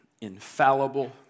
infallible